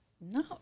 No